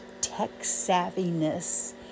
tech-savviness